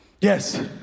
Yes